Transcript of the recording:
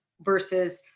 versus